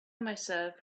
myself